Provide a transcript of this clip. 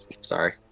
sorry